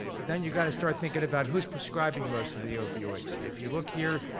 but then you gotta start thinking about who's prescribing most of the opioids. if you look here,